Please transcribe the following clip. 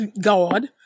God